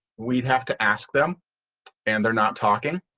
we'd have to ask them and they're not talking.